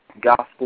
gospel